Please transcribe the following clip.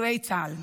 פצועי צה"ל.